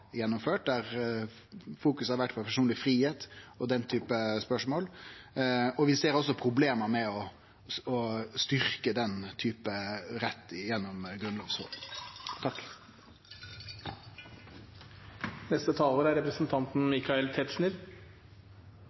gjennomført, der det har vore fokusert på personleg fridom og den typen spørsmål. Vi ser også problem med å styrkje den typen rett gjennom grunnlovfesting. Innlegget til representanten